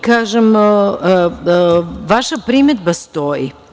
Kažem, vaša primedba stoji.